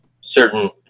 certain